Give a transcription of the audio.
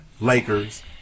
Lakers